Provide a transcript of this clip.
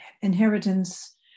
inheritance